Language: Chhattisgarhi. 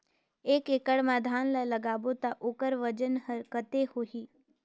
एक एकड़ मा धान ला लगाबो ता ओकर वजन हर कते होही?